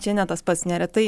čia ne tas pats neretai